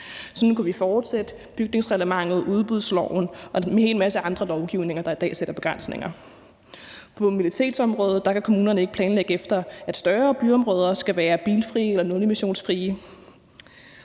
sådan kan vi fortsætte. Der er bygningsreglementet, udbudsloven og en hel masse andre lovgivninger, der i dag sætter begrænsninger. På mobilitetsområdet kan kommunerne ikke kan planlægge efter, at større byområder skal være bilfri eller nulemissionszoner.